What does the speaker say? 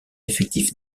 effectif